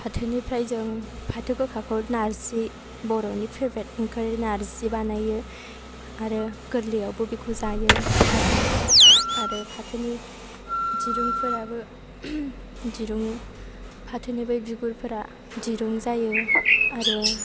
फाथोनिफ्राय जों फाथो गोखाखौ नारजि बर'नि फेभ्रिट ओंख्रि नारजि बानायो आरो गोरलैयावबो बेखौ जायो भाजा आरो फाथोनि दिरुंफोराबो दिरुं फाथोनि बै बिगुरफोरा दिरुं जायो आरो